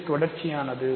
இது தொடர்ச்சியானது